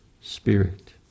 spirit